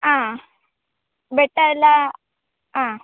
ಹಾಂ ಬೆಟ್ಟ ಎಲ್ಲ ಹಾಂ